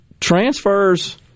transfers